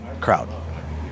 crowd